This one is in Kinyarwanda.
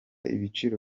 ibiciro